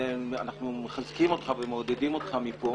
אנחנו מחזקים אותך ומעודדים אותך מכאן.